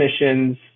missions